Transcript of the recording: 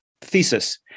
thesis